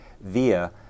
via